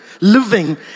living